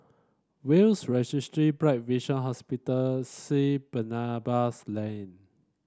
Will's Registry Bright Vision Hospital Saint Barnabas Lane